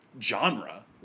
genre